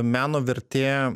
meno vertė